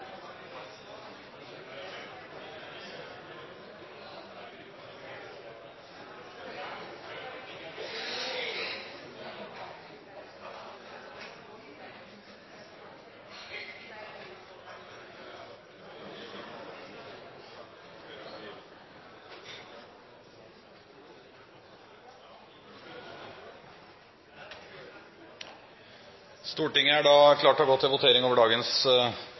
framtidig matproduksjon i hele landet. Da er Stortinget klar til å gå til votering over sakene på dagens